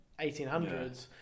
1800s